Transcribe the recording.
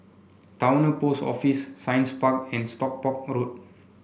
Towner Post Office Science Park and Stockport Road